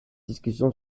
discussion